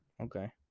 Okay